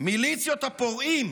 מיליציות הפורעים